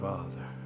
Father